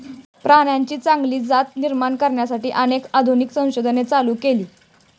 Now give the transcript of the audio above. प्राण्यांची चांगली जात निर्माण करण्यासाठी अनेक आधुनिक संशोधन चालू आहे